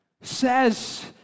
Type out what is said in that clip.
says